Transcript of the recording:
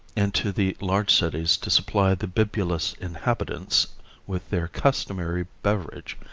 into the large cities to supply the bibulous inhabitants with their customary beverage.